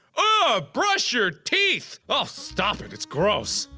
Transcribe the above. ah brush your teeth! oh, stop it it's gross.